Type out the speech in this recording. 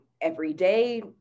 everyday